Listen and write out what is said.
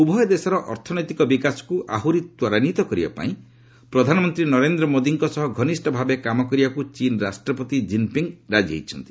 ଉଭୟ ଦେଶର ଅର୍ଥନୈତିକ ବିକାଶକୁ ଆହୁରି ତ୍ୱରାନ୍ୱିତ କରିବା ପାଇଁ ପ୍ରଧାନମନ୍ତ୍ରୀ ନରେନ୍ଦ୍ର ମୋଦୀଙ୍କ ସହ ଘନିଷ୍ଠ ଭାବେ କାମ କରିବାକୁ ଚୀନ୍ ରାଷ୍ଟ୍ରପତି ଜିନ୍ପିଙ୍ଗ୍ ରାଜି ହୋଇଛନ୍ତି